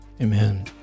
Amen